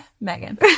Megan